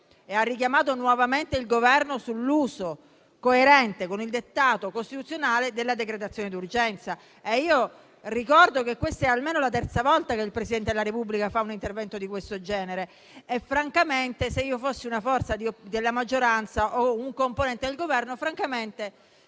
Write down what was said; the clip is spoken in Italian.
e ha richiamato nuovamente il Governo sull'uso coerente con il dettato costituzionale della decretazione d'urgenza. E io ricordo che questa è almeno la terza volta che il Presidente della Repubblica fa un intervento di questo genere e, se io fossi una forza della maggioranza o un componente del Governo, francamente